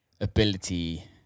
ability